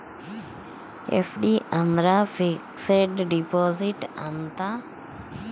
FD ಅಂದ್ರ fixed deposit ಅಂತ